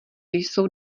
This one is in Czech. jsou